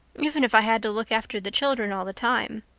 even if i had to look after the children all the time.